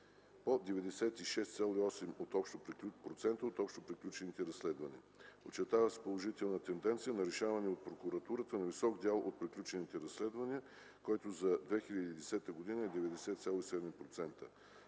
по 96,8% от общо приключените разследвания. Очертава се положителна тенденция на решаване от прокуратурата на висок дял от приключените разследвания, който за 2010 г. е 92,7%.